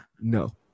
no